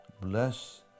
Bless